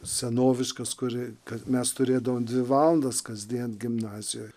senoviškas kur i kad mes turėdavom dvi valandas kasdien gimnazijoj